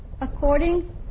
according